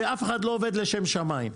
אף אחד לא עובד לשם שמים,